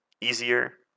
easier